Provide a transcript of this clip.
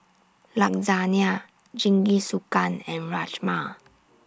Lasagna Jingisukan and Rajma